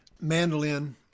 mandolin